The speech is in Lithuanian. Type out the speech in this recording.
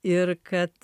ir kad